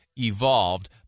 Evolved